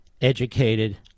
educated